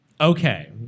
Okay